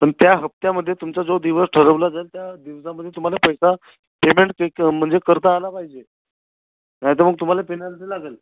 पण त्या हप्त्यामध्ये तुमचा जो दिवस ठरवला जाईल त्या दिवसामध्ये तुम्हाला पैसा पेमेंट पे म्हणजे करता आलं पाहिजे नाहीतर मग तुम्हाला पेनल्टी लागेल